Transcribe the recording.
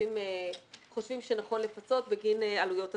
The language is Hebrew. חושבים שנכן לפצות בגין עלויות השכר.